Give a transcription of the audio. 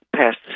passed